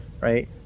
right